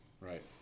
Right